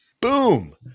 Boom